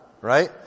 Right